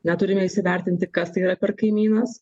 na turime įsivertinti kas tai yra per kaimynas